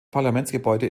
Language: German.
parlamentsgebäude